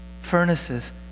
furnaces